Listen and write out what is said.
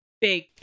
big